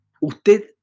usted